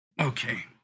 Okay